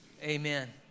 amen